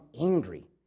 angry